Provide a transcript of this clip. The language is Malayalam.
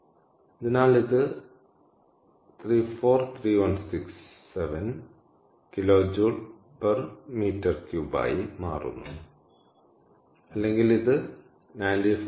അതിനാൽ ഇത് 343167kJm3 ആയി മാറുന്നു അല്ലെങ്കിൽ ഇത് 95